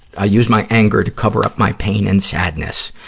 i use my anger to cover up my pain and sadness.